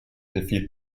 defeat